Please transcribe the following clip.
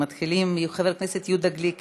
מתחילים עם חבר הכנסת יהודה גליק,